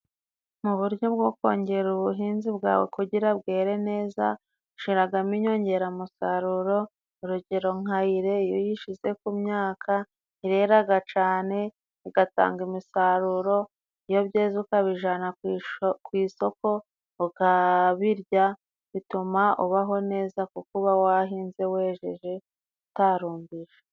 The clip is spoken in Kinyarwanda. Mu buryo bwo kongera ubuhinzi bwawe kugira bwere neza ushiramo inyongeramusaruro, urugero nka Ire. Iyo uyishize ku myaka irera cyane igatanga umusaruro. Iyo byeze ukabijyana ku isoko, ukabirya, bituma ubaho neza, kuba warahinze wejeje utarumbije.